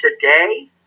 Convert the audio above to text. today